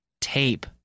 Tape